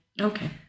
Okay